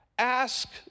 Ask